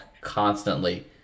constantly